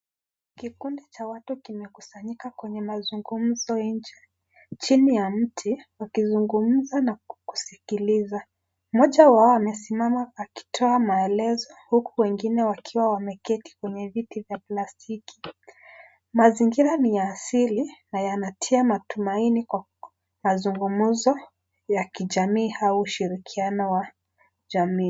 Kikundi cha watu, kimekusanyika kwenye mazungumzo nje, chini ya mti wakizungumza na kukusikiliza. Mmoja wao amesimama akitoa maelezo, huku wengine wakiketi kwenye viti vya plastiki. Mazingira ni ya siri, na yanatia matumaini kwa mazungumzo ya kijamiii au ushirikiano wa jamii.